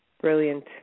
Brilliant